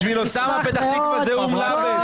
בשביל אוסאמה פתח תקוה זה אומלבס,